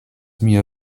mia